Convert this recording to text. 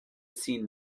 seen